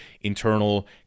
internal